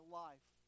life